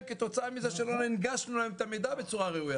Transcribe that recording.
כתוצאה מזה שלא הנגשנו להם את המידע בצורה ראויה.